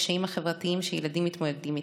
הקשיים החברתיים שילדים מתמודדים איתם.